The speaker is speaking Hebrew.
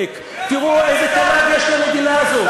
הצעת החוק הזאת זכתה לתמיכת הממשלה.